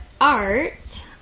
art